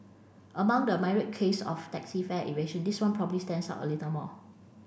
among the myriad case of taxi fare evasion this one probably stands out a little more